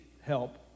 help